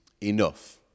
enough